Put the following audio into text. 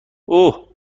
اوه